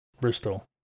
Bristol